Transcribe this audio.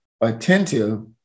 attentive